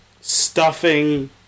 stuffing